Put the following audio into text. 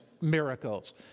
miracles